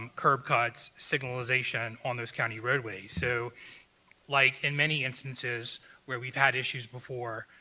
um curb cuts, signalization on those county roadways, so like in many instances where we've had issues before,